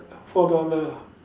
four dollar ah